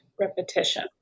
repetition